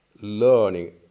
learning